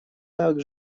так